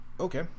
Okay